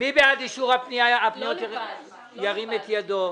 מי בעד אישור פניות 400 עד 401?